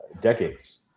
decades